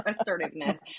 assertiveness